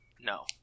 No